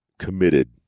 committed